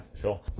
sure